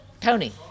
Tony